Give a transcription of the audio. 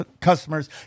customers